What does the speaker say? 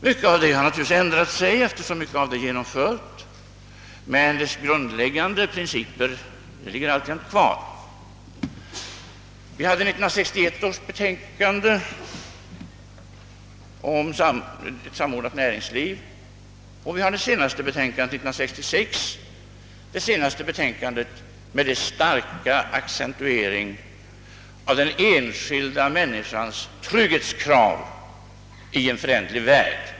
Mycket härav är naturligtvis inaktuellt eftersom mycket genomförts, men de grundläggande principerna ligger alltjämt fast. Jag kan peka på 1961 års betänkande om ett samordnat näringsliv och det senaste betänkandet 1966 med dess starka accentuering av den enskilda människans trygghetskrav i en föränderlig värld.